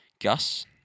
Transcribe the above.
Gus